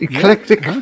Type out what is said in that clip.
Eclectic